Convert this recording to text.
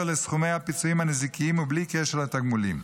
לסכומי הפיצויים הנזיקיים ובלי קשר לתגמולים.